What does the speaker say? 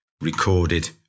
recorded